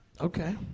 Okay